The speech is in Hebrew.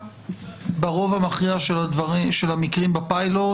ברוב המכריע של המקרים בפיילוט,